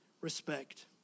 respect